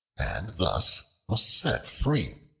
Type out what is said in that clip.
and thus was set free.